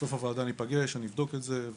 בסוף הוועדה ניפגש, אני אבדוק את זה.